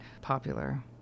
popular